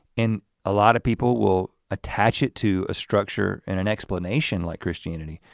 and a lot of people will attach it to a structure and an explanation like christianity.